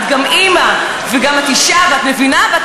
את גם אימא ואת גם אישה ואת מבינה ואת